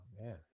man